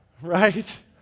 Right